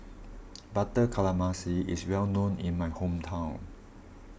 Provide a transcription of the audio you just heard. Butter is well known in my hometown